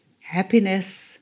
happiness